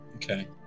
Okay